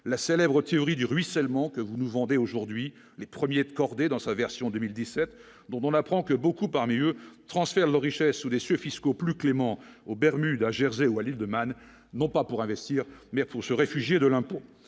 la célèbre théorie du ruissellement que vous nous vendez aujourd'hui les premiers de cordée dans sa version 2017, bon, on apprend que beaucoup parmi eux leur richesse sous les cieux fiscaux plus cléments au bermuda Jersey ou à l'île de Man, non pas pour investir, mais pour se réfugier de l'impôt,